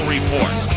Report